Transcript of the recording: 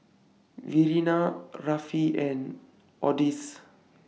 Verena Rafe and Odis